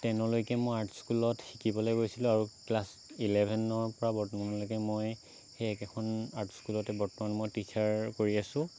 টেনলৈকে মই আৰ্ট স্কুলত শিকিবলৈ গৈছিলোঁ আৰু ক্লাছ ইলেভেনৰপৰা বৰ্তমানলৈকে মই সেই একেখন আৰ্ট স্কুলতে বৰ্তমান মই টিছাৰ কৰি আছো